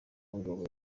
mugabo